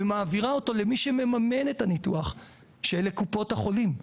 ומעבירה אותו למי שממממן את הביטוח שאלה קופות החולים.